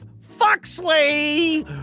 Foxley